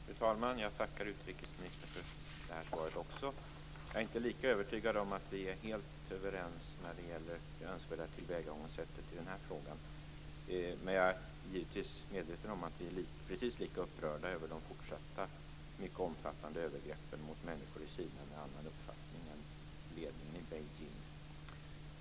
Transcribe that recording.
Fru talman! Jag tackar utrikesministern också för detta svar. Jag är inte lika övertygad om att vi är helt överens om det önskvärda tillvägagångssättet i den här frågan. Givetvis är jag medveten om att vi är precis lika upprörda över de fortsatta och mycket omfattande övergreppen mot människor i Kina med annan uppfattning än ledningen i Beijing.